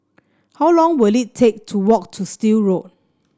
how long will it take to walk to Still Road